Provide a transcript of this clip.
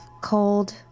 cold